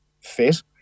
fit